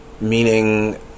Meaning